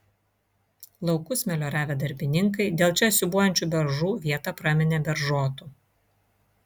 laukus melioravę darbininkai dėl čia siūbuojančių beržų vietą praminė beržotu